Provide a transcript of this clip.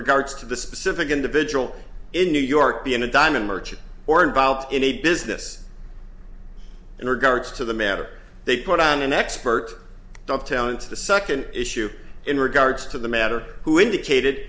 regards to the specific individual in new york being a diamond merchant or involved in a business in regards to the matter they put on an expert don't tell into the second issue in regards to the matter who indicated